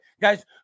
Guys